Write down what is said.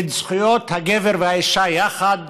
את זכויות הגבר והאישה יחד,